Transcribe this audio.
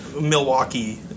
Milwaukee